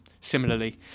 Similarly